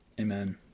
Amen